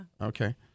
Okay